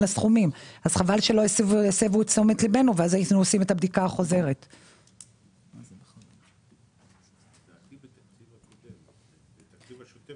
הישיבה ננעלה בשעה 12:00.